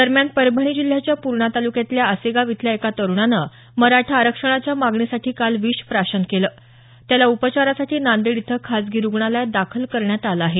दरम्यान परभणी जिल्ह्याच्या पूर्णा तालुक्यातल्या आसेगाव इथल्या एका तरुणानं मराठा आरक्षणाच्या मागणीसाठी काल विष प्राशन केलं त्याला उपचारासाठी नांदेड इथं खाजगी रुग्णालयात दाखल करण्यात आलं आहे